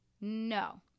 no